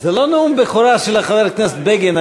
זה לא נאום בכורה של חבר הכנסת בגין,